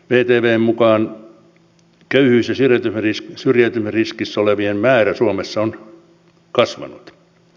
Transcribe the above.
vtvn mukaan köyhyys ja syrjäytymisriskissä olevien määrä suomessa on kasvanut